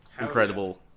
Incredible